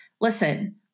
listen